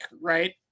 right